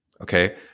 okay